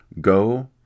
Go